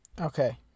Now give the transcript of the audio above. Okay